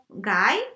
guy